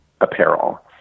apparel